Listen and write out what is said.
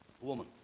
woman